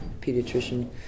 pediatrician